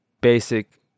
basic